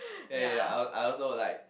ya ya ya I I also like